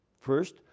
First